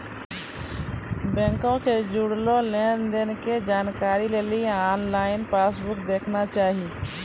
बैंको से जुड़लो लेन देनो के जानकारी लेली आनलाइन पासबुक देखना चाही